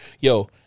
Yo